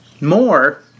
More